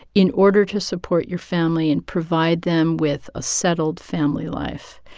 in order to support your family and provide them with a settled family life.